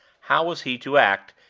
how was he to act,